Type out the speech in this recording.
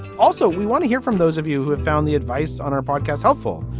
also we want to hear from those of you who have found the advice on our podcast helpful.